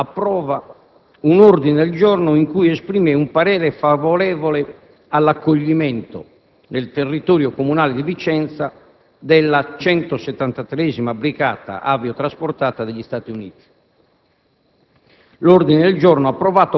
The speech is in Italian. il consiglio comunale di Vicenza approva un ordine del giorno in cui esprime un "parere favorevole all'accoglimento, nel territorio comunale di Vicenza della 173a Brigata aviotrasportata degli Stati Uniti".